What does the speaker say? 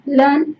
learn